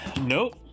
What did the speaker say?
Nope